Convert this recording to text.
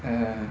ya